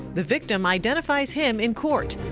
the victim identifies him in court.